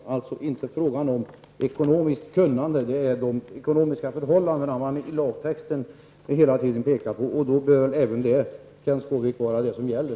Det är alltså inte fråga om ekonomiskt kunnande -- det är de ekonomiska förhållandena som man i lagtexten talar om. Det bör vara det som gäller,